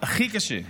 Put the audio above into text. הכי קשה.